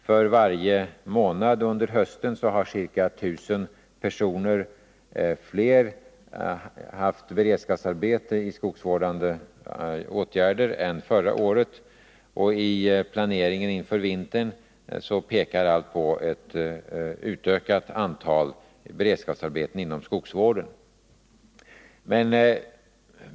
För varje månad under hösten har ca 1 000 personer fler haft beredskapsarbete i skogsvårdande åtgärder än förra året, och i planeringen inför vintern pekar allt på ett utökat antal beredskapsarbeten inom skogsvården.